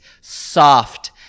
soft